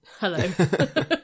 Hello